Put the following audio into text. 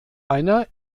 einer